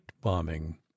BOMBING